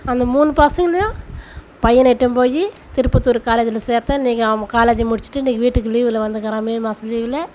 அந்த மூணு பசங்களையும் பையனை இட்னு போய் திருப்பத்தூர் காலேஜில் சேர்த்தேன் இன்றைக்கு அவன் காலேஜி முடிச்சுட்டு இன்றைக்கு வீட்டுக்கு லீவில் வந்திருக்குறான் மே மாதம் லீவிலே